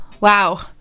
wow